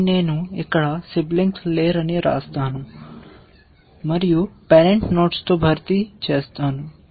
కాబట్టి నేను ఇక్కడ సిబ్లింగ్స్ లేరని వ్రాస్తాను మరియు పేరెంట్ నోడ్స్ తో భర్తీ చేస్తాను